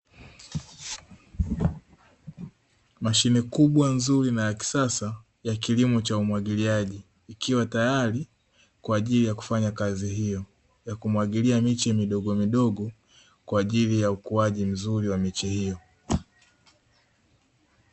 Mashine kubwa nzuri na ya kisasa ya kilimo cha umwagiliaji, ikiwa tayari kwa ajili ya kufanya kazi hiyo ya kumwagilia miche midigomidogo kwa ajili ya ukuaji mzuri wa miche hiyo.